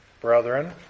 brethren